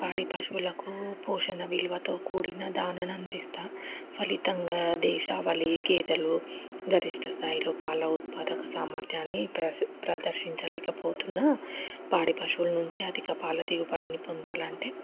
పాడి పశువులకు పోషణ విలువతో కూడిన ధానను అందిస్తాను ఫలితంగా దేశవాలి గేదెలు గరిష్ట స్థాయిలో పాల ఉత్పాదక సామర్థ్యాన్ని ప్ర ప్రదర్శించలేకపోతున్న పాడి పశువులు నుంచి అధిక పాలదిగుబడిని పొందాలంటే